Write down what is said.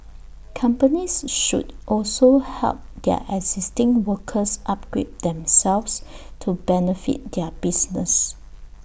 companies should also help their existing workers upgrade themselves to benefit their business